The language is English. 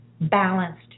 balanced